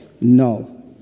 no